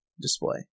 display